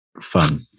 fun